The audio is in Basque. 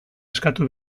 eskatu